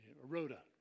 Rhoda